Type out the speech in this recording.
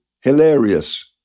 Hilarious